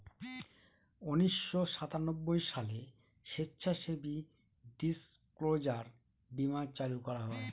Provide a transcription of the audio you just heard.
উনিশশো সাতানব্বই সালে স্বেচ্ছাসেবী ডিসক্লোজার বীমা চালু করা হয়